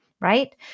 right